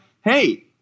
Hey